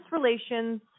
Relations